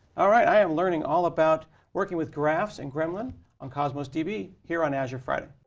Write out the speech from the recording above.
all right. i am learning all about working with graphs and gremlin on cosmos db, here on azure friday.